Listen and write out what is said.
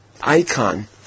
icon